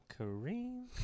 Kareem